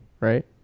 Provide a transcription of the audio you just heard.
right